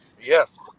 yes